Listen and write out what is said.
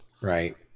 Right